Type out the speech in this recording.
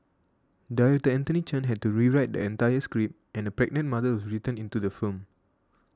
director Anthony Chen had to rewrite the entire script and a pregnant mother was written into the film